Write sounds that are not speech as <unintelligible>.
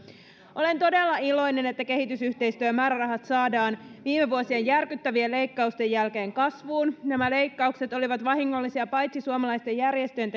olen todella iloinen että kehitysyhteistyömäärärahat saadaan viime vuosien järkyttävien leikkausten jälkeen kasvuun nämä leikkaukset olivat vahingollisia paitsi suomalaisten järjestöjen <unintelligible>